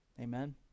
Amen